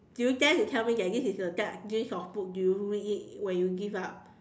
do you dare to tell me that this is a guide list of book do you read it when you give up